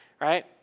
right